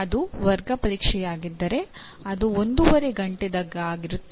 ಅದು ವರ್ಗ ಪರೀಕ್ಷೆಯಾಗಿದ್ದರೆ ಅದು ಒಂದೂವರೆ ಗಂಟೆಯದ್ದಾಗಿರುತ್ತದೆ